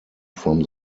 from